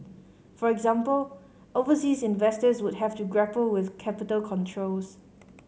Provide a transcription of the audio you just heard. for example overseas investors would have to grapple with capital controls